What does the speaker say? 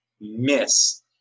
miss